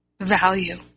value